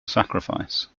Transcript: sacrifice